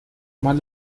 mal